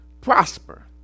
prosper